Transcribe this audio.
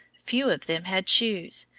few of them had shoes,